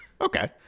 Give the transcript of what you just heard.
Okay